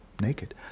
naked